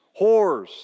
whores